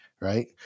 right